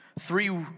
Three